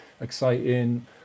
exciting